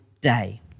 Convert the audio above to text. day